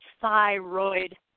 thyroid